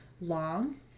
long